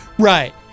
Right